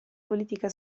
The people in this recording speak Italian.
politica